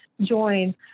join